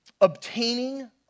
obtaining